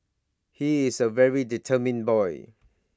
he is A very determined boy